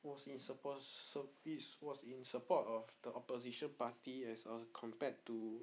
was in suppos~ it's was in support of the opposition party as uh compared to